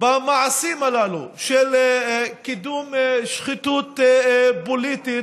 במעשים הללו של קידום שחיתות פוליטית,